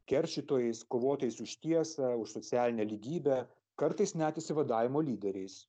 keršytojais kovotojas už tiesą už socialinę lygybę kartais net išsivadavimo lyderiais